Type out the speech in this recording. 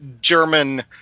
German